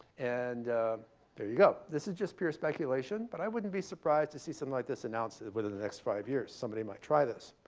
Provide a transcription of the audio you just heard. and there you go. this is just pure speculation, but i wouldn't be surprised to see something like this announced within the next five years. somebody might try this.